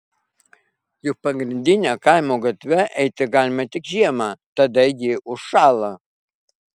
juk pagrindine kaimo gatve eiti galima tik žiemą tada ji užšąla